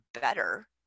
better